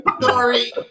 Sorry